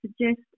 suggest